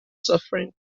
suffering